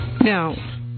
Now